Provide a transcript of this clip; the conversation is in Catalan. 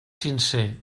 sincer